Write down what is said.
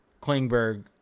Klingberg